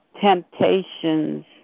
temptations